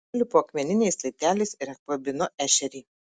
nulipu akmeniniais laipteliais ir apkabinu ešerį